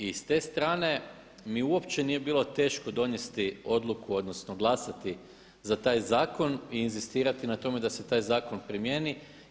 I s te strane mi uopće nije bilo teško donijeti odluku odnosno glasati za taj zakon i inzistirati na tome da se taj zakon primjeni.